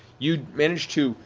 you manage to,